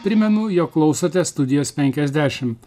primenu jog klausote studijos penkiasdešimt